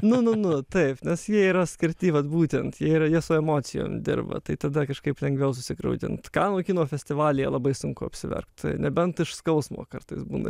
nu nu nu taip nes jie yra skirti vat būtent jie yra jie su emocijom dirba tai tada kažkaip lengviau susigraudint kanų kino festivalyje labai sunku apsiverkt nebent iš skausmo kartais būna